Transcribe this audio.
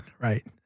right